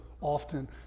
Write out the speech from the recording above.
often